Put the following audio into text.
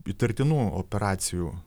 įtartinų operacijų